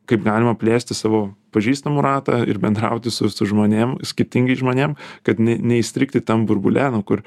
kaip galima plėsti savo pažįstamų ratą ir bendrauti su su žmonėm skirtingais žmonėm kad ne neįstrigti tam burbule nu kur